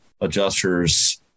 adjusters